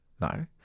no